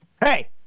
Hey